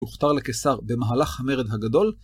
הוכתר לקיסר במהלך המרד הגדול.